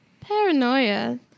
Paranoia